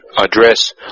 address